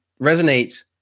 resonate